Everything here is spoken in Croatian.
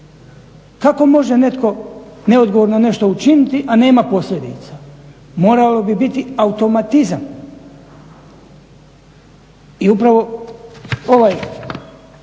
Kako može netko neodgovorno nešto učiniti, a nema posljedica? Morao bi biti automatizam. I upravo ovaj